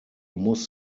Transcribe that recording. muss